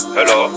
Hello